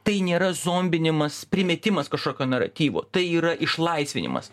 tai nėra zombinimas primetimas kažkokio naratyvo tai yra išlaisvinimas